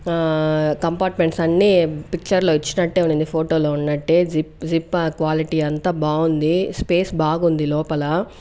compartments అన్ని పిక్చర్లో ఇచ్చినట్టే ఉన్నింది ఫొటోలో ఉన్నట్టే జిప్ జిప్ క్వాలిటీ అంతా బాగుంది స్పేస్ బాగుంది లోపల